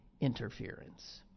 interference